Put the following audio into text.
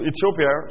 Ethiopia